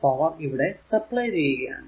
power ഇവിടെ supply ചെയ്യുകയാണ്